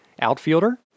outfielder